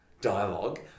dialogue